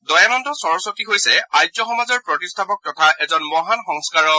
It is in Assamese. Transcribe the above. দয়ানন্দ সৰস্বতী হৈছে আৰ্য সমাজৰ প্ৰতিষ্ঠাপক তথা এজন মহান সমাজ সংস্কাৰক